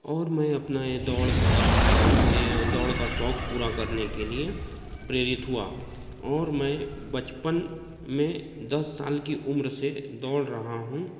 और मैं अपना यह दौड़ का दौड़ का शौक़ पूरा करने के लिए प्रेरित हुआ और मैं बचपन में दस साल कि उम्र से दौड़ रहा हूँ